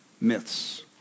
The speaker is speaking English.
myths